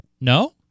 No